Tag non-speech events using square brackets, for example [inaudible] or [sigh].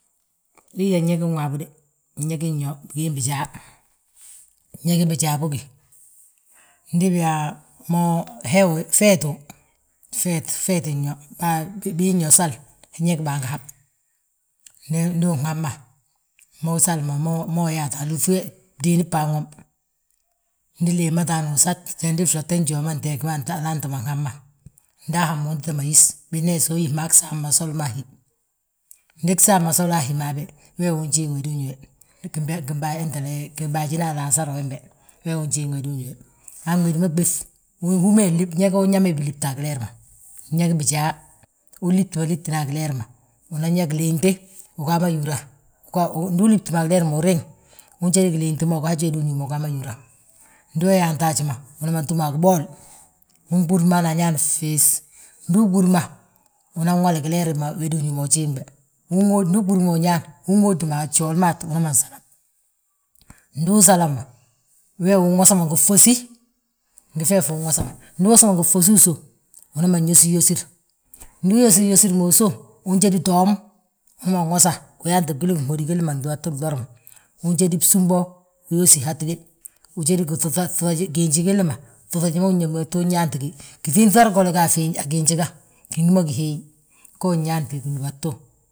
Biyaa ñegin woobo, ñégin yo, bigiim bijaa, gñégim bijaa bógi, ndi biyaa mo wéeyi. feeti wi, feet, feetin yo, bin yo sal ñég bangí yo hab. Ñég du uhabma, mo sali yaatu, alúŧi we, bdiini baawomi, ndi léeyi ma to usat njandi lotte njuuma we nteegi, we alaanti ma nhabma. Nda ahabma untita ma yís, binyaa so uyísma san gsaam ma soli a hí, ndi gsaam ma soli a hí ma habe. Wee wi unjiiŋ wédu uñúwe, [hesitation] gimbaajina alansaro wo, wee wi unjiiŋ wédi uñúwe, han wédi ma ɓéf ñég ma unyaamaye bilíbri a gileer ma. Ñégim bijaa, unlíbtima líbtini a gileer ma, unan yaa giliinti uga ma yúra, ndu ulítima a gileer ma uriŋ, unjédi giliiŋti ma uga haji wédu uñúu ma ugaa ma yúra. Ndu uyaanta haji ma umanan túm a gibool, unɓúr ma hana añaan fis, ndu uɓúrma, unan wali gileerin wédu uñúu ma ujiiŋ be. Ndu uɓúrma uñaan, unŋóodima a gjooli ma, umanan salab, ndu usalabma wee wi unwosa ngi fosí, ngi feefi unwosama, ndu uwosama ngi fosí usów. Umanan nyósiryosir, ndu uyósiyosirma usów, unjédi toom, umana wosa, uyaanti gwilin hódi gilli ma gdúbatu glore. Unyódi bsúm bo, uyósi hatíde, ujódi gifuŧaj giiinji gilli ma, fguŧiji ma gdúba tu uyaantigi giŧínŧar golla ga a giinji ga, gin gí mo gihii, go unyaanti gdúba tu.